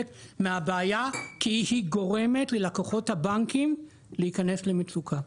מהבעיה כי היא גורמת ללקוחות הבנקים להיכנס למצוקה.